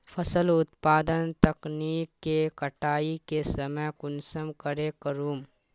फसल उत्पादन तकनीक के कटाई के समय कुंसम करे करूम?